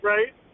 Right